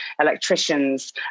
electricians